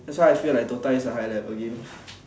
that's why I feel like DOTA is a high level game